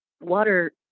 water